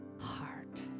heart